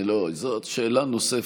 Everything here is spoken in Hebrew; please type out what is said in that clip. לא, זאת שאלה נוספת,